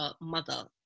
mother